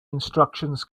instructions